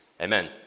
Amen